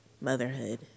motherhood